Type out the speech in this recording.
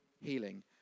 healing